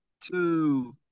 two